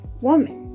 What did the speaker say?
woman